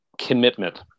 commitment